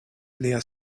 lia